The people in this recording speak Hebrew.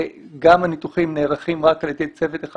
גם הניתוחים נערכים רק על ידי צוות אחד